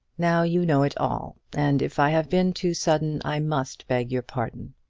now you know it all and if i have been too sudden, i must beg your pardon.